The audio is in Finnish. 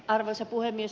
arvoisa puhemies